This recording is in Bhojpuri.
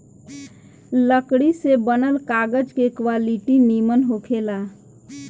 लकड़ी से बनल कागज के क्वालिटी निमन होखेला